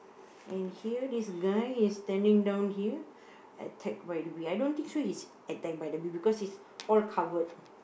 and here this guy is standing down here attack by the bee I don't think so he's attack by the bee because he's all covered